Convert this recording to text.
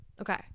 Okay